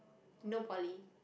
no poly